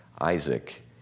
Isaac